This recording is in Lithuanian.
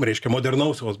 reiškia modernaus vat